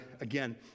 again